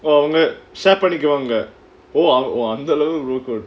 அவங்க:avanga share பண்ணிப்பாங்க அந்த அளவுக்கு:pannipaanga antha aalavuku brother code